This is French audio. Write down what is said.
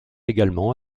également